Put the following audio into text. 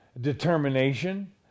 determination